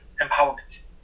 empowerment